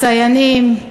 סייענים?